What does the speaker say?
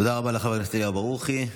תודה רבה לחבר הכנסת אליהו ברוכי.